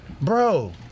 bro